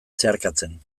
zeharkatzen